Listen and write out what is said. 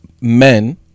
men